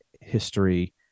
history